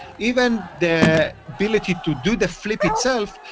even the ability to do the flip itself,